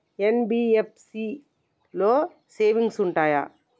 NBFC లో savings ఉంటయా?